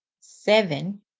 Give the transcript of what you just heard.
seven